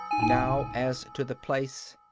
now as to the place!